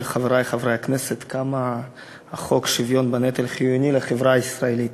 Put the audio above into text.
חברי חברי הכנסת כמה חוק השוויון בנטל חיוני לחברה הישראלית.